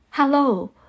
Hello